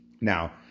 Now